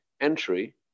entry